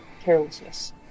carelessness